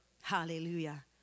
Hallelujah